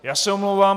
Já se omlouvám.